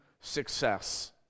success